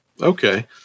Okay